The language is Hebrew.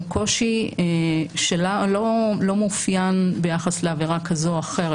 הוא קושי שלא מאופיין ביחס לעבירה כזו או אחרת.